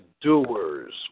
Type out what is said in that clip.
doers